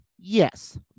Yes